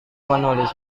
menulis